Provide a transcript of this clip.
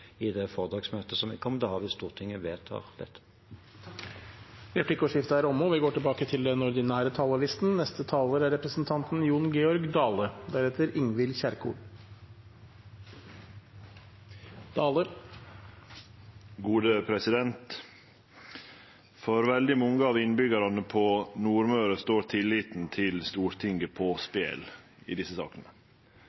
i det foretaksmøtet som jeg kommer til ha, hvis Stortinget vedtar dette. Replikkordskiftet er omme. De talere som heretter får ordet, har også en taletid på inntil 3 minutter. For veldig mange av innbyggjarane på Nordmøre står tilliten til Stortinget på